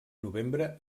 novembre